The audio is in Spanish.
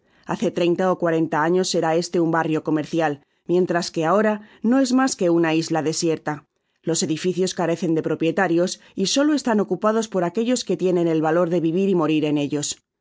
hace treinta ó cuarenta años era este un barrio comercial mientras que ahora no es mas que una isla desierta los edificios carecen de propietarios y solo están ocupados por aquellos que tienen el valor de vivir y morir en ellos en